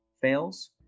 fails